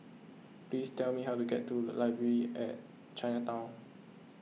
please tell me how to get to the Library at Chinatown